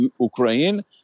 Ukraine